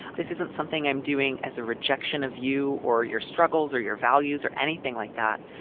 this isn't something i'm doing as a rejection of you or your struggles or your values or anything like that.